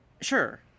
sure